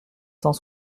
cent